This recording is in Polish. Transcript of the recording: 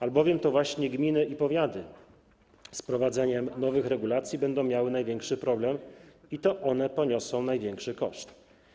Albowiem to właśnie gminy i powiaty z wprowadzeniem nowych regulacji będą miały największy problem, i to one poniosą największy koszt.